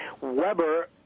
Weber